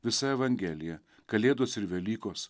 visa evangelija kalėdos ir velykos